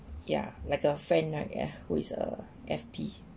ya like a friend right ya who is a F_P